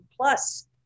plus